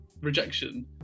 rejection